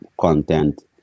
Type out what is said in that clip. content